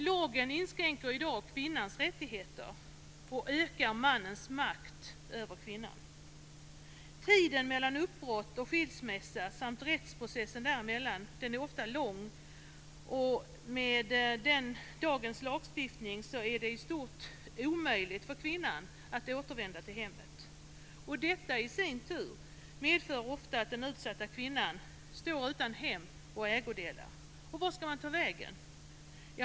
Lagen inskränker i dag kvinnans rättigheter och ökar mannens makt över kvinnan. Tiden mellan uppbrott och skilsmässa samt rättsprocessen däremellan är ofta lång. Och med dagens lagstiftning är det i stort omöjligt för kvinnan att återvända till hemmet. Detta i sin tur medför ofta att den utsatta kvinnan står utan hem och ägodelar. Vart ska hon ta vägen?